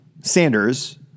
Sanders